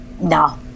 no